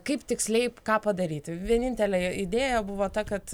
kaip tiksliai ką padaryti vienintelė idėja buvo ta kad